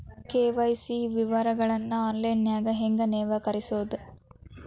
KYC ವಿವರಗಳನ್ನ ಆನ್ಲೈನ್ಯಾಗ ಹೆಂಗ ನವೇಕರಿಸೋದ